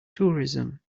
tourism